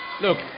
Look